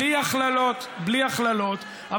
בלי הכללות,